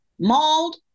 mauled